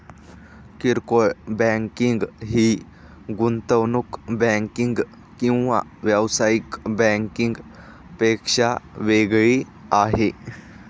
किरकोळ बँकिंग ही गुंतवणूक बँकिंग किंवा व्यावसायिक बँकिंग पेक्षा वेगळी आहे